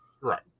Right